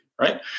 right